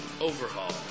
overhaul